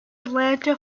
atlanta